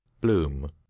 bloom